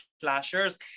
slashers